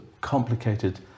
complicated